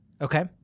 Okay